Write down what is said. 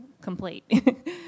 complete